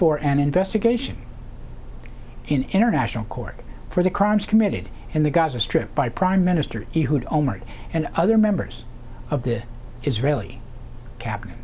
for an investigation in international court for the crimes committed in the gaza strip by prime minister he had only and other members of the israeli cabinet